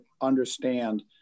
understand